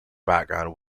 background